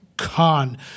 Khan